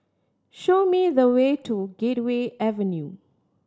show me the way to Gateway Avenue